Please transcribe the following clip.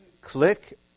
Click